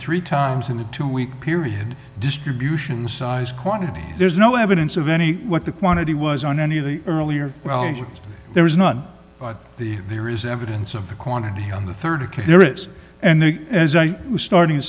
three times in a two week period distribution size quantities there's no evidence of any what the quantity was on any of the earlier well there is none but the there is evidence of the quantity on the rd case there is and then as i was starting to